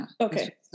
Okay